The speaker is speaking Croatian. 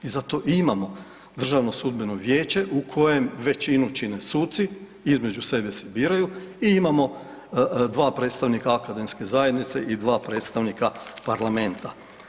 I zato i imamo Državno sudbeno vijeće u kojem većinu čine suci, između sebe se biraju i imamo 2 predstavnika akademske zajednice i 2 predstavnika parlamenta.